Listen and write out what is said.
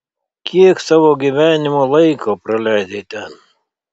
kiek savo gyvenimo laiko praleidai ten